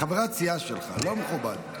חברת סיעה שלך, לא מכובד.